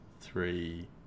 three